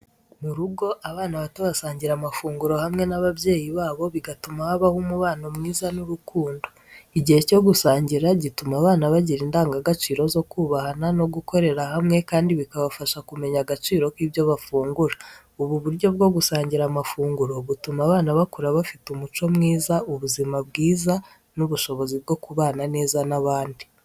Mu rugo, abana bato basangira amafunguro hamwe n’ababyeyi babo, bigatuma habaho umubano mwiza n’urukundo. Igihe cyo gusangira gituma abana bagira indangagaciro zo kubahana no gukorera hamwe kandi bikabafasha kumenya agaciro k’ibyo bafungura. Ubu buryo bwo gusangira amafunguro butuma abana bakura bafite umuco mwiza, ubuzima bwiza n'ubushobozi bwo kubana neza n’abandi.